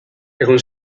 egun